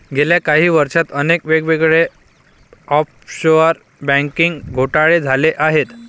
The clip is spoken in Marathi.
गेल्या काही वर्षांत अनेक वेगवेगळे ऑफशोअर बँकिंग घोटाळे झाले आहेत